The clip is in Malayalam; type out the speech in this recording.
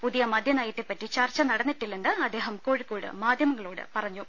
പുതിയ മദ്യനയത്തെ പറ്റി ചർച്ച നടന്നിട്ടില്ലെന്ന് അദ്ദേഹം കോഴിക്കോട്ട് മാധ്യമങ്ങളോട് പറഞ്ഞു